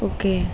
okay